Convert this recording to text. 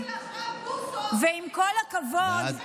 ועם כל הכבוד,